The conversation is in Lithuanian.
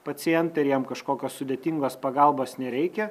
pacientai ir jiem kažkokios sudėtingos pagalbos nereikia